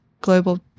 global